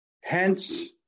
hence